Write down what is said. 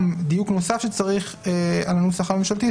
דיוק נוסף שצריך על הנוסח הממשלתי,